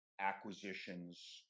acquisitions